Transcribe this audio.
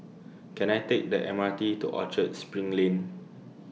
Can I Take The M R T to Orchard SPRING Lane